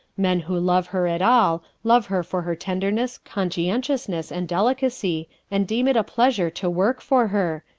men who love her at all, love her for her tenderness, conscientiousness and delicacy and deem it a pleasure to work for her,